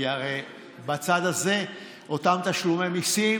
כי בצד הזה אותם תשלומי מיסים